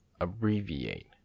abbreviate